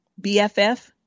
BFF